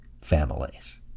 families